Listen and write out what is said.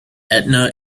etna